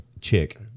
chick